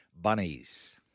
bunnies